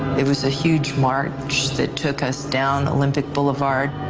it was a huge march that took us down olympic boulevard